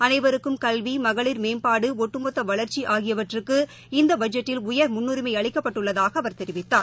அனைவருக்கும் கல்வி மகளிர் மேம்பாடு ஒட்டுமொத்த வளர்ச்சி ஆகியவற்றுக்கு இந்த பட்ஜெட்டில் உயர் முன்னுிமை அளிக்கப்பட்டுள்ளதாக அவர் தெரிவித்தார்